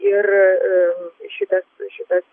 ir šitas šitas